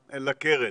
לקרן.